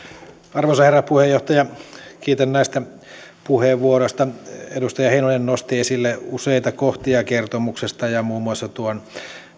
arvoisa herra puheenjohtaja kiitän näistä puheenvuoroista edustaja heinonen nosti esille useita kohtia kertomuksesta ja ja muun muassa tuon